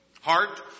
Heart